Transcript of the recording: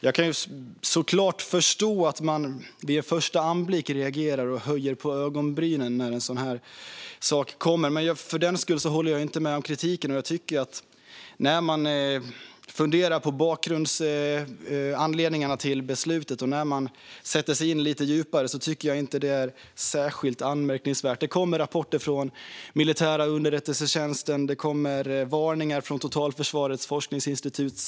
Jag kan såklart förstå att man vid en första anblick reagerar och höjer på ögonbrynen när en sådan här sak kommer, men för den skull håller jag inte med om kritiken. Om man funderar på anledningarna till beslutet och sätter sig in i detta lite djupare är det inte särskilt anmärkningsvärt, tycker jag. Det kommer rapporter från den militära underrättelsetjänsten. Det kommer varningar från Totalförsvarets forskningsinstitut.